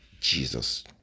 Jesus